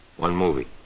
one movie.